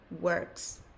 works